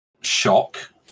shock